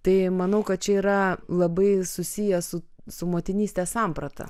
tai manau kad čia yra labai susiję su su motinystės samprata